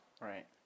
Right